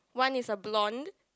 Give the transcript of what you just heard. one is a blonde